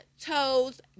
toes